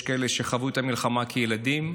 יש כאלה שחוו את המלחמה כילדים,